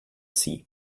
sea